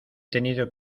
tenido